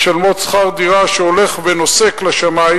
ומשלמות שכר דירה שהולך ונוסק לשמים.